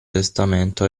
testamento